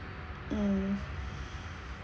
mm